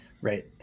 Right